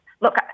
Look